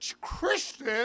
Christian